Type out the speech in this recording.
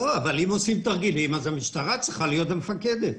אבל אם עושים תרגילים, המשטרה צריכה להיות המפקדת.